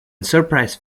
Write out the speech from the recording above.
surprise